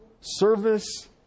service